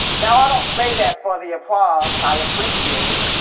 now, i don't say that for the applause i appreciate it